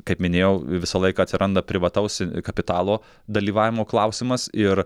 kaip minėjau visą laiką atsiranda privataus kapitalo dalyvavimo klausimas ir